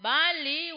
Bali